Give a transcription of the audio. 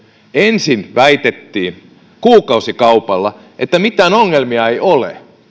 ensin väitettiin kuukausikaupalla että mitään ongelmia ei ole ja